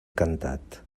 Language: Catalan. cantat